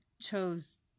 chose